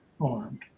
armed